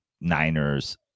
Niners